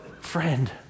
friend